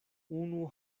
unu